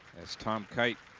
as tom kite